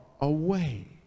away